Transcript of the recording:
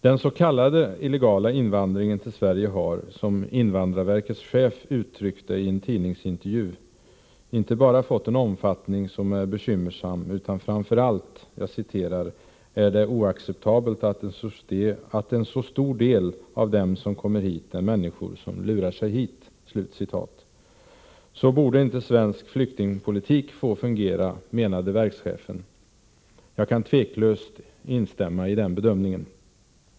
Den s.k. illegala invandringen till Sverige har, som invandrarverkets chef uttryckt det i en tidningsintervju, inte bara fått en omfattning som är bekymmersam utan framför allt ”är det oacceptabelt att en så stor del av dem som kommer hit är människor som lurar sig hit”. Så borde inte svensk flyktingpolitik få fungera, menade verkschefen. Jag kan tveklöst instämma i den bedömningen.